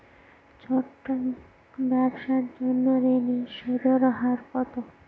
ছোট ব্যবসার জন্য ঋণের সুদের হার কত?